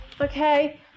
okay